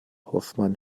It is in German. hoffmann